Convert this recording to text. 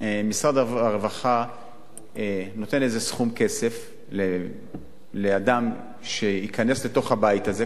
משרד הרווחה נותן סכום כסף לאדם שייכנס לתוך הבית הזה,